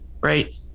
right